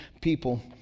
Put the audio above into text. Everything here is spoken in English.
people